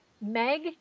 Meg